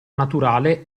naturale